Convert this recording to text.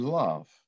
love